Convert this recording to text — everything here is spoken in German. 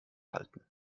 halten